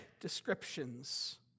descriptions